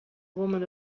woman